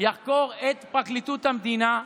יחקור את פרקליטות המדינה,